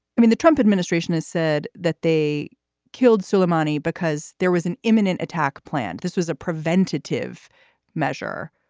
i mean, the trump administration has said that they killed suleimani because there was an imminent attack plan. this was a preventative measure.